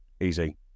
Easy